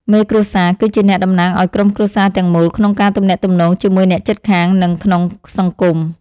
មេគ្រួសារ គឺជាអ្នកតំណាងឱ្យក្រុមគ្រួសារទាំងមូលក្នុងការទំនាក់ទំនងជាមួយអ្នកជិតខាង និងក្នុងសង្គម។